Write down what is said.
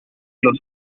los